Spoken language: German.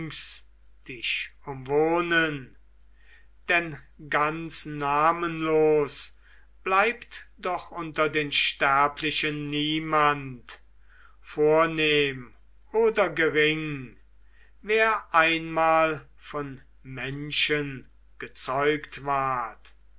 umwohnen denn ganz namenlos bleibt doch unter den sterblichen niemand vornehm oder gering wer einmal von menschen gezeugt ward